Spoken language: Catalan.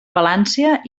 palància